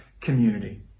community